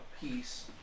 piece